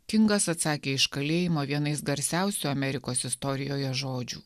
kingas atsakė iš kalėjimo vienais garsiausių amerikos istorijoje žodžių